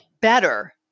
better